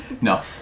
no